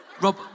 Rob